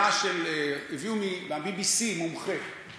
הביאו מומחה מה-BBC